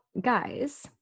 guys